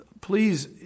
Please